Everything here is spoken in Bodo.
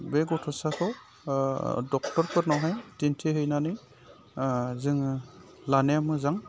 बे गथ'साखौ ड'क्टरफोरनावहाय दिन्थिहैनानै जोङो लानाया मोजां